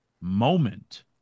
moment